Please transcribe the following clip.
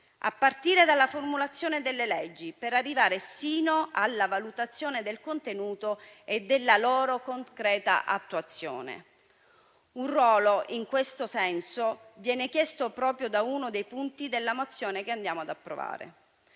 a partire dalla formulazione delle leggi per arrivare sino alla valutazione del contenuto e della loro concreta attuazione. Un ruolo, in questo senso, viene chiesto proprio da uno dei punti della mozione che andiamo ad approvare,